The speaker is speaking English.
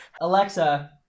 Alexa